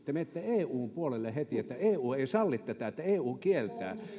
te menette eun puolelle heti että eu ei salli tätä eu kieltää